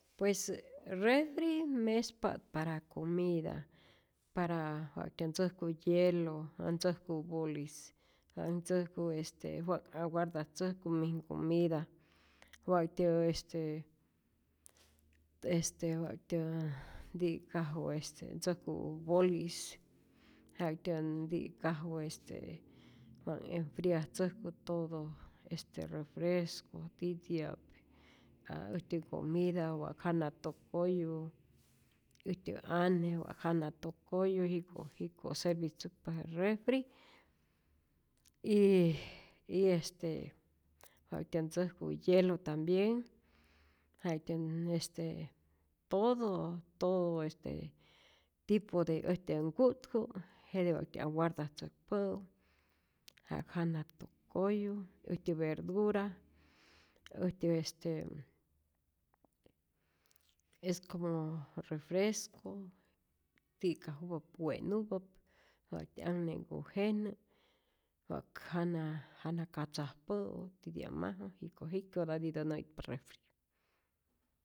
Pues refri mespa't para comida, para wa'tyä ntzäjku hielo, o ntzäjku bolis, wa' ntzäjku este wa' aguardatzäjku mij ncomida, wa'tyä este este wa'ktya nti'kaju ntzäjku bolis, wa'tyän nti'kaju wa enfriatzäjku todo este refresco titi'ap, ka äjtyä ncomida wa' jana tokoyu, äjtyä ane wa' jana tokoyu, jiko' jiko servitzäkpa je refri y y este wa'ktyä ntzäjku hielo tambien, jaktyän este todo todo este tipo de äjtyä nku'tku' jete wa'tyä aguardatzäjkpä'u ja'k ja tokoyu, äjtyä verdura, äjtyä este es como refresco ti'kajupa'p we'nupap, wa'ktyä anhne'nhku jenä', wa'k jana jana katzajpä'u titia'maju, jiko' jik'kyotatitä nä'itpa refri.